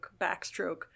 backstroke